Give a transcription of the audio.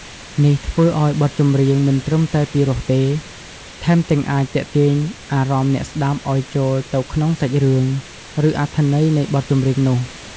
នេះធ្វើឲ្យបទចម្រៀងមិនត្រឹមតែពីរោះទេ ថែមទាំងអាចទាក់ទាញអារម្មណ៍អ្នកស្ដាប់ឲ្យចូលទៅក្នុងសាច់រឿង ឬអត្ថន័យនៃបទចម្រៀងនោះ។